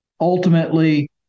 ultimately